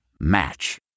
Match